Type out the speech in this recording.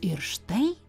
ir štai